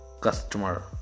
customer